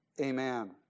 Amen